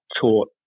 taught